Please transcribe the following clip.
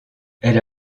elle